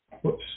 Whoops